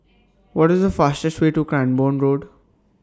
What IS The fastest Way to Cranborne Road